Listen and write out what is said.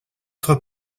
être